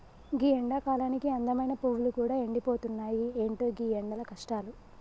గీ ఎండకాలానికి అందమైన పువ్వులు గూడా ఎండిపోతున్నాయి, ఎంటో గీ ఎండల కష్టాలు